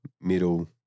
middle